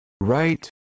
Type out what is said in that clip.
right